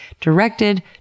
directed